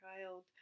child